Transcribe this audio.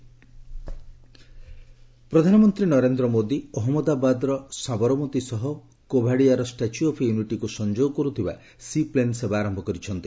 C plain ସେବା ପ୍ରଧାନମନ୍ତ୍ରୀ ନରେନ୍ଦ୍ର ମୋଦୀ ଅହଞ୍ଚଳଦାବାଦର ସାବରମତି ସହ କେଭାଡିଆର ଷ୍ଟାଚ୍ୟୁ ଅଫ୍ ୟୁନିଟିକୁ ସଂଯୋଗ କରୁଥିବା ସି ପ୍ଲେନ ସେବା ଆରମ୍ଭ କରିଛନ୍ତି